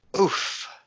Oof